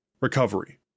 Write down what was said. Recovery